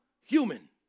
human